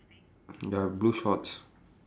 ya blue shorts